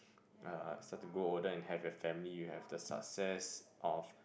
ah ah start to grow older and have your family you have the success of